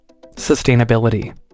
Sustainability